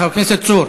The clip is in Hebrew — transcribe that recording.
חבר הכנסת צור.